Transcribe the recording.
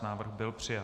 Návrh byl přijat.